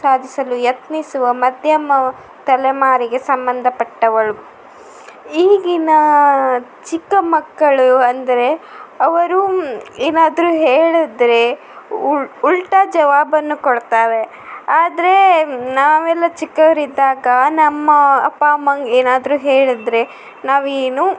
ಸಾಧಿಸಲು ಯತ್ನಿಸುವ ಮಧ್ಯಮ ತಲೆಮಾರಿಗೆ ಸಂಬಂಧ ಪಟ್ಟವಳು ಈಗಿನ ಚಿಕ್ಕ ಮಕ್ಕಳು ಅಂದರೆ ಅವರು ಏನಾದರೂ ಹೇಳಿದ್ರೆ ಉಲ್ಟಾ ಜವಾಬನ್ನು ಕೊಡ್ತವೆ ಆದರೆ ನಾವೆಲ್ಲ ಚಿಕ್ಕವರು ಇದ್ದಾಗ ನಮ್ಮ ಅಪ್ಪ ಅಮ್ಮಂಗೆ ಏನಾದರೂ ಹೇಳಿದ್ರೆ ನಾವು ಏನು